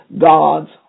God's